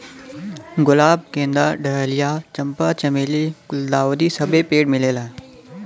गुलाब गेंदा डहलिया चंपा चमेली गुल्दाउदी सबे पेड़ मिलेला